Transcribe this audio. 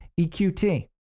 EQT